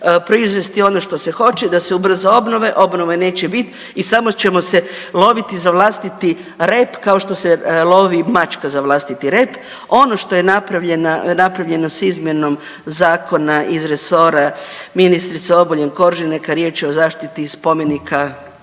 proizvesti ono što se hoće da se ubrza obnove, obnove neće bit i samo ćemo se loviti za vlastiti rep kao što se lovi mačka za vlastiti rep. Ono što je napravljeno s izmjenom zakona iz resora ministrice Obuljen Koržinek, a riječ je o zaštiti spomenika